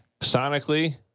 Sonically